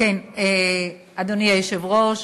אדוני היושב-ראש,